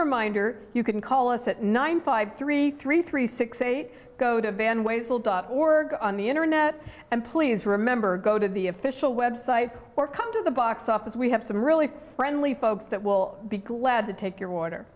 reminder you can call us at nine five three three three six eight go to van ways will dot org on the internet and please remember go to the official website or come to the box office we have some really friendly folks that will be glad to take your water